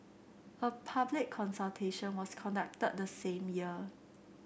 a public consultation was conducted the same year